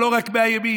ולא רק מהימין,